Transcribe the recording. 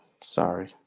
Sorry